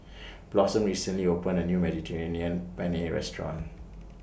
Blossom recently opened A New Mediterranean Penne Restaurant